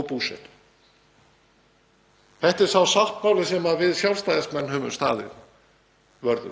og búsetu. Þetta er sá sáttmáli sem við Sjálfstæðismenn höfum staðið